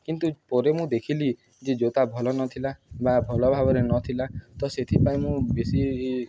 କିନ୍ତୁ ପରେ ମୁଁ ଦେଖିଲି ଯେ ଜୋତା ଭଲ ନଥିଲା ବା ଭଲ ଭାବରେ ନଥିଲା ତ ସେଥିପାଇଁ ମୁଁ ବେଶୀ